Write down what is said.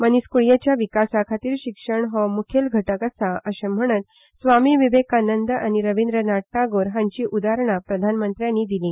मनिसकुळयेच्या विकासा खातीर शिक्षण हो मुखेल घटक आसा अशें म्हणत स्वामी विवेकानंद आनी रविंद्रनाथ टागोर हांची उधारणां प्रधानमंत्र्यांनी दिली